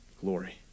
glory